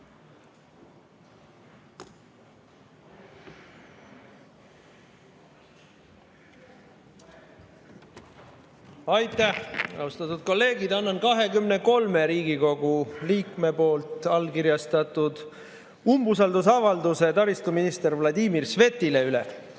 Aitäh! Austatud kolleegid! Annan üle 23 Riigikogu liikme allkirjastatud umbusaldusavalduse taristuminister Vladimir Svetile.